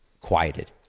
quieted